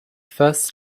first